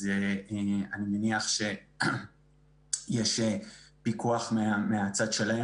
אני מניח שיש פיקוח מהצד שלה.